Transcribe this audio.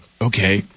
Okay